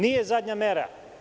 Nije zadnja mera.